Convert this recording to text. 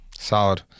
Solid